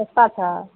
सस्ता छै